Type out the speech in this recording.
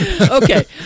Okay